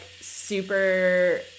super